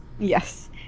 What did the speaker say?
Yes